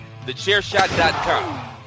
Thechairshot.com